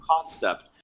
concept